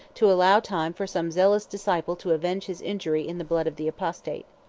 to allow time for some zealous disciple to avenge his injury in the blood of the apostate.